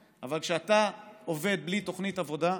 אבל כשאתה עובד בלי תוכנית עבודה,